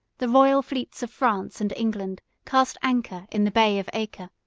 the royal fleets of france and england cast anchor in the bay of acre,